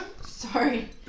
Sorry